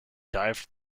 dived